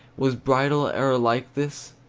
was bridal e'er like this?